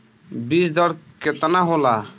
बीज दर केतना होला?